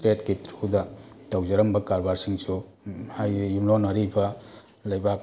ꯇ꯭ꯔꯦꯠꯀꯤ ꯊ꯭ꯔꯨꯗ ꯇꯧꯖꯔꯝꯕ ꯀꯔꯕꯥꯔꯁꯤꯡꯁꯨ ꯍꯥꯏꯗꯤ ꯌꯨꯝꯂꯣꯟꯅꯔꯤꯕ ꯂꯩꯕꯥꯛ